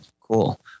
Cool